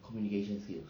communication skills